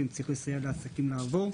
ואם צריך לסייע לאפיקים לעבור,